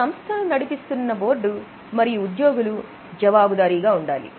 సంస్థను నడిపిస్తున్న బోర్డు మరియు ఉద్యోగులు జవాబుదారీగా ఉండాలి